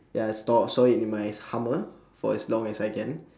ya store store it in my hummer for as long as I can